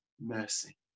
mercy